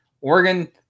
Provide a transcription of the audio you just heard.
oregon